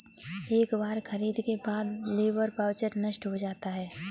एक बार खरीद के बाद लेबर वाउचर नष्ट हो जाता है